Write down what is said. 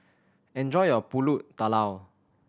enjoy your Pulut Tatal